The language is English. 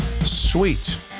sweet